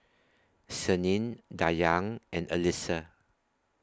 Senin Dayang and Alyssa